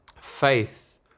Faith